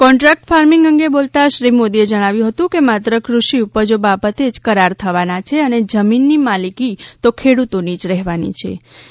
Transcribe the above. contract farming અંગે બોલતા શ્રી મોદીએ જણાવ્યું હતું કે માત્ર કૃષિ ઉપજો બાબતે જ કરાર થવાના છે અને જમીનની માલિકી તો ખેડૂતોની જ રહેવાનીછે